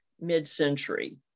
mid-century